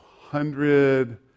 Hundred